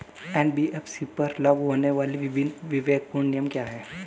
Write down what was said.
NBFC पर लागू होने वाले विभिन्न विवेकपूर्ण नियम क्या हैं?